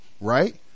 right